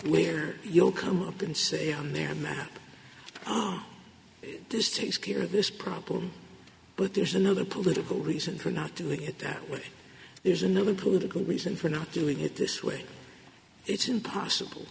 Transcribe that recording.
where you'll come up and say on their map this takes care of this problem but there's another political reason for not doing it that way there's another political reason for not doing it this way it's impossible